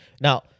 Now